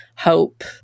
hope